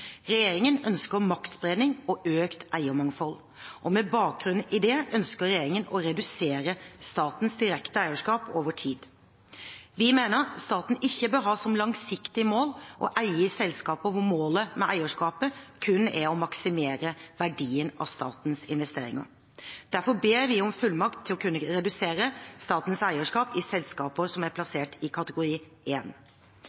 Regjeringen ønsker maktspredning og økt eiermangfold. Med bakgrunn i dette ønsker regjeringen å redusere statens direkte eierskap over tid. Vi mener staten ikke bør ha som langsiktig mål å eie i selskaper hvor målet med eierskapet kun er å maksimere verdien av statens investeringer. Derfor ber vi om fullmakt til å kunne redusere statens eierskap i selskaper som er plassert i kategori